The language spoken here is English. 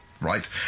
right